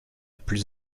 plus